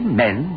men